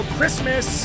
Christmas